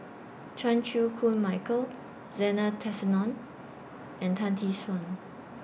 Chan Chew Koon Michael Zena Tessensohn and Tan Tee Suan